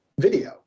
video